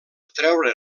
treure